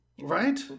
Right